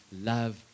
Love